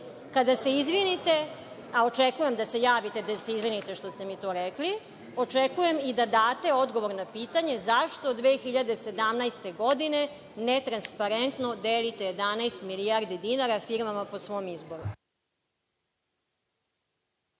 se izvinite, a očekujem da se javite da se izvinite što ste mi to rekli, očekujem i da date odgovor na pitanje – zašto 2017. godine netransparentno delite 11 milijardi dinara firmama po svom izboru?